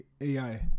AI